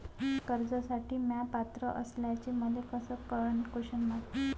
कर्जसाठी म्या पात्र असल्याचे मले कस कळन?